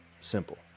Simple